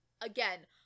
again